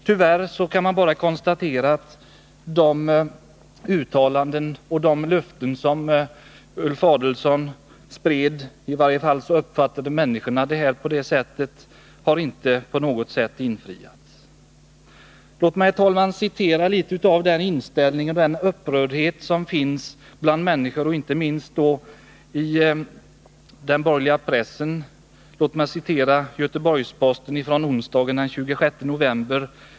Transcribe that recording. Tyvärr kan man nu bara konstatera att de uttalanden och de löften som Ulf Adelsohn spred — i varje fall uppfattade människorna det på det sättet — inte på något vis har infriats. Låt mig för att belysa den upprördhet som finns bland människorna — inte minst i den borgerliga pressen — få citera Göteborgs-Posten för onsdagen den 26 november.